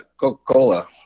Coca-Cola